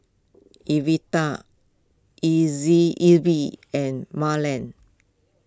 Everet and Marland